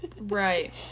right